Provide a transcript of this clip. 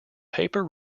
paper